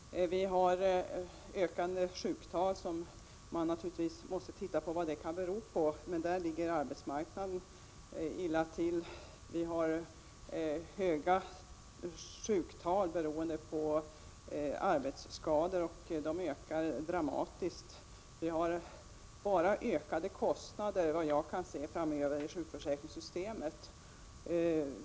Vi har ett ökande antal sjukskrivningar, och vi måste naturligtvis utreda vad det kan bero på. Där ligger arbetsmarknaden illa till. Vi har höga sjuktal beroende på att arbetsskadorna ökar dramatiskt. Såvitt jag kan se har vi i sjukförsäkringssystemet framöver bara ökade kostnader.